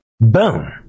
Boom